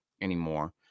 anymore